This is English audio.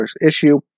issue